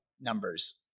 numbers